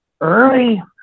early